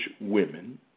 women